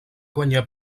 guanyar